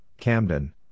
Camden